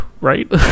right